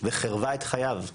וחירבה את חייו.